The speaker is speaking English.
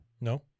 No